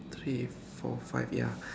three four five ya